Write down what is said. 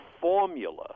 formula